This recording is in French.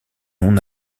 non